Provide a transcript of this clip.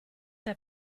der